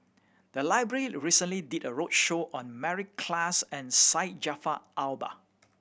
the library recently did a roadshow on Mary Klass and Syed Jaafar Albar